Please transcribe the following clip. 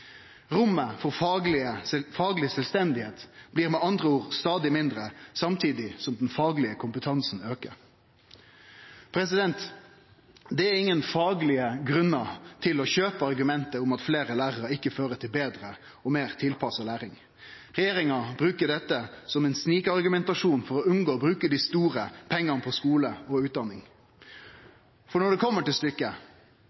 Rommet for fagleg sjølvstende blir med andre ord stadig mindre, samtidig som den faglege kompetansen aukar. Det er ingen faglege grunnar til å kjøpe argumentet om at fleire lærarar ikkje fører til betre og meir tilpassa læring. Regjeringa brukar dette som ein snikargumentasjon for å unngå å bruke dei store pengane på skule og